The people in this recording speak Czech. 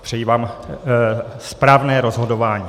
Přeji vám správné rozhodování.